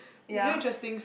ya